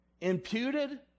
Imputed